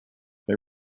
they